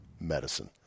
medicine